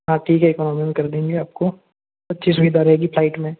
हाँ ठीक है इकोनॉमी कर देंगे आपको अच्छी सुविधा रहेगी फ़्लाइट में